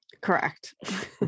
Correct